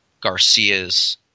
Garcia's